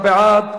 רבותי, מי בעד?